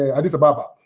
addis ababa.